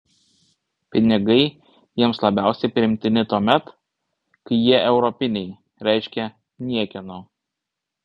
pinigai jiems labiausiai priimtini tuomet kai jie europiniai reiškia niekieno